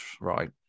right